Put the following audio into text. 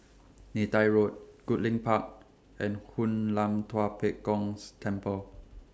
Neythai Road Goodlink Park and Hoon Lam Tua Pek Kong's Temple